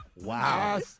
Wow